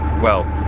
well.